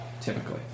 typically